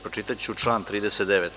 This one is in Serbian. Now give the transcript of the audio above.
Pročitaću član 39.